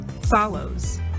follows